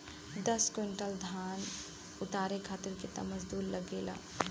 दस क्विंटल धान उतारे खातिर कितना मजदूरी लगे ला?